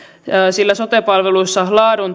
sillä sote palveluissa laadun